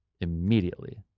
immediately